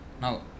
Now